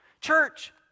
Church